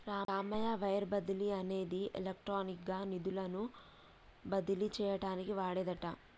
Ramayya wire బదిలీ అనేది electronic గా నిధులను బదిలీ చేయటానికి వాడేదట